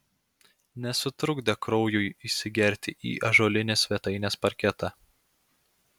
nesutrukdė kraujui įsigerti į ąžuolinį svetainės parketą